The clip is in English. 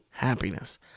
happiness